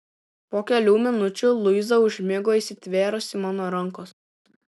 po kelių minučių luiza užmigo įsitvėrusi mano rankos